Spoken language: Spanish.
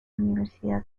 universidad